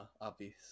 Obvious